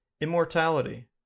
Immortality